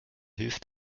hilft